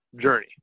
journey